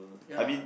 ya